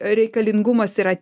reikalingumas yra